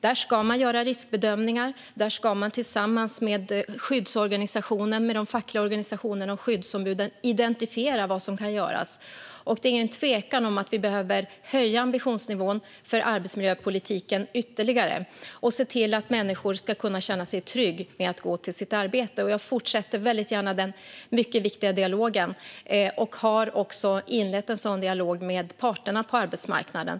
Där ska man göra riskbedömningar. Där ska man tillsammans med skyddsorganisationen, de fackliga organisationerna och skyddsombuden identifiera vad som kan göras. Det är ingen tvekan om att vi behöver höja ambitionsnivån för arbetsmiljöpolitiken ytterligare och se till att människor ska kunna känna sig trygga med att gå till sitt arbete. Jag fortsätter väldigt gärna denna mycket viktiga dialog. Jag har också inlett en sådan dialog med parterna på arbetsmarknaden.